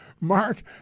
Mark